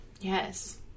Yes